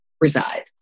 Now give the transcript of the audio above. reside